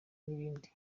n’ibindi